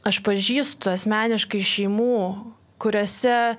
aš pažįstu asmeniškai šeimų kuriose